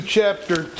Chapter